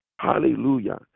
Hallelujah